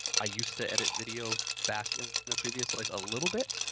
i used to edit video back in and a previous life a little bit.